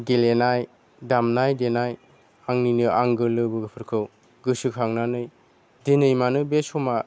गेलेनाय दामनाय देनाय आंनिनो आंगो लोगोफोरखौ गोसोखांनानै दिनै मानो बे समा